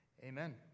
Amen